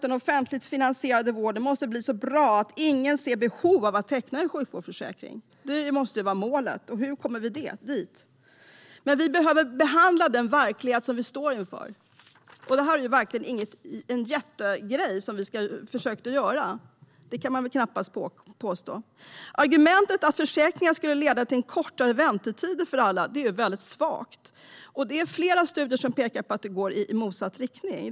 Den offentligt finansierade vården måste bli så bra att ingen ser behov av att teckna en sjukvårdsförsäkring. Det måste vara målet, och hur når vi det? Men vi måste ta itu med den verklighet som vi står inför. Det här ingen jättegrej som vi ska försöka att göra, det kan man knappast påstå. Argumentet att försäkringar skulle leda till kortare väntetider för alla är väldigt svagt. Flera studier pekar i motsatt riktning.